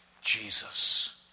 Jesus